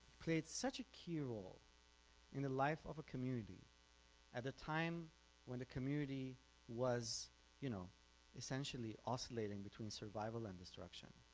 played such a key role in the life of a community at a time when the community was you know essentially oscillating between survival and destruction